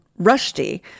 Rushdie